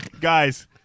guys